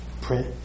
print